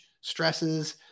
stresses